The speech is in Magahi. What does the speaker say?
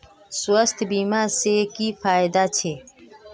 स्वास्थ्य बीमा से की की फायदा छे?